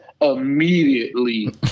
immediately